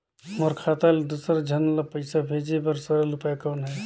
मोर खाता ले दुसर झन ल पईसा भेजे बर सरल उपाय कौन हे?